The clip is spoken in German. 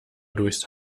durchs